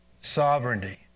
sovereignty